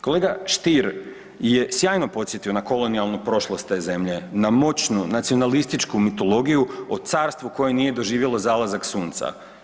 Kolega Stier je sjajno podsjetio na kolonijalnu prošlost te zemlje, na moćnu nacionalističku mitologiju o carstvu koje nije doživjelo zalazak sunca.